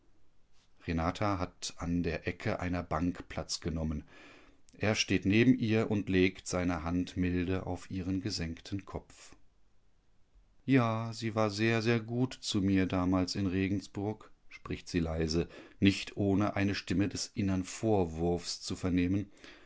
renata hat an der ecke einer bank platz genommen er steht neben ihr und legt seine hand milde auf ihren gesenkten kopf ja sie war sehr sehr gut zu mir damals in regensburg spricht sie leise nicht ohne eine stimme des innern vorwurfs zu vernehmen